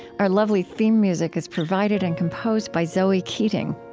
our lovely theme music is provided and composed by zoe keating.